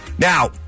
Now